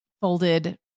folded